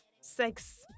Sex